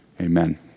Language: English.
amen